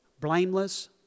Blameless